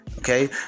Okay